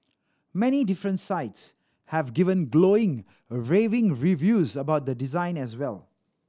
many different sites have given glowing raving reviews about the design as well